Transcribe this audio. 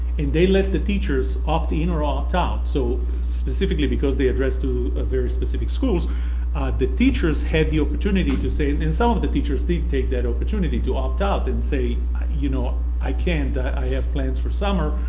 and they let the teachers opt-in or opt-out so specifically because they addressed to very specific schools the teachers had the opportunity to say, and some of the teachers did take that opportunity to opt-out and say you know i can't i have plans for summer.